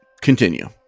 continue